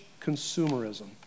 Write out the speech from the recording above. consumerism